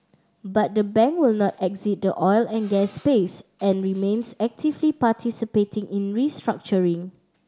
but the bank will not exit the oil and gas space and remains actively participating in restructuring